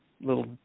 little